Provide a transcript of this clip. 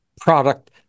product